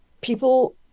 people